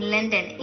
London